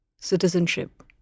citizenship